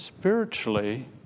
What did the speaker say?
spiritually